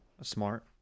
smart